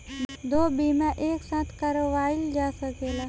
दो बीमा एक साथ करवाईल जा सकेला?